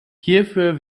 hierfür